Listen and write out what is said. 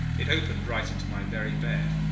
it opened right into my very bed,